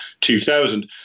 2000